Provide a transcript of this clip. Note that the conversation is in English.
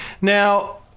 Now